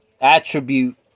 attribute